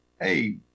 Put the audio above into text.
hey